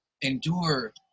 endure